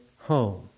home